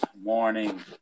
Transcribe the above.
morning